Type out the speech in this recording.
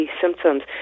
symptoms